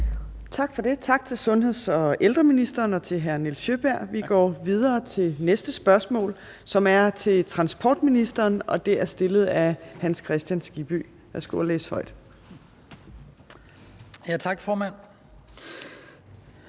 Torp): Tak til sundheds- og ældreministeren og til hr. Nils Sjøberg. Vi går videre til det næste spørgsmål, som er til transportministeren, og det er stillet af Hans Kristian Skibby. Kl. 13:26 Spm.